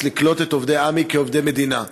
מבטיח לקלוט את עובדי עמ"י כעובדי מדינה,